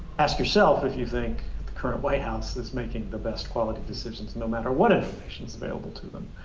ask yourself if you think the current white house that's making the best quality decisions no matter what information is available to them.